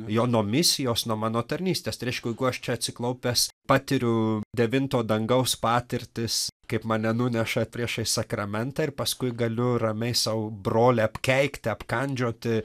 jo nuo misijos nuo mano tarnystės tai reiškia jeigu aš čia atsiklaupęs patiriu devinto dangaus patirtis kaip mane nuneša priešais sakramentą ir paskui galiu ramiai sau brolį apkeikti apkandžioti